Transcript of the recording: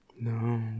No